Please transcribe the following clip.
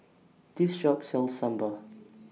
This Shop sells Sambar